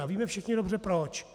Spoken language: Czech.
A víme všichni dobře proč.